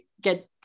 get